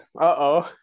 Uh-oh